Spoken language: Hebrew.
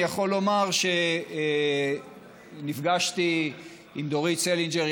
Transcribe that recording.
אני יכול לומר שנפגשתי עם דורית סלינגר,